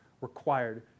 required